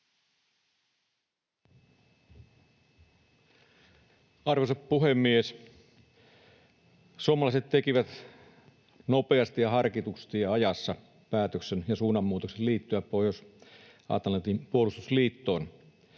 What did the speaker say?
Arvoisa puhemies! Suomalaiset tekivät nopeasti ja harkitusti ja ajassa päätöksen ja suunnanmuutoksen liittyä Pohjois-Atlantin puolustusliittoon.